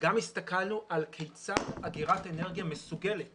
גם הסתכלנו על כיצד אגירת אנרגיה מסוגלת